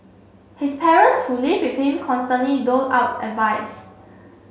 his parents who live with him constantly doled out advice